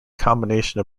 combination